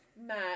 Matt